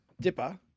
Dipper